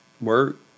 work